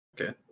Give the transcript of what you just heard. Okay